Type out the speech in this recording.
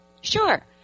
sure